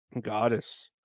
goddess